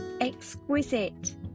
Exquisite